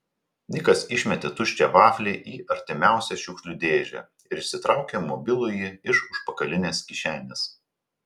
nikas išmetė tuščią vaflį į artimiausią šiukšlių dėžę ir išsitraukė mobilųjį iš užpakalinės kišenės